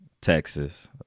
Texas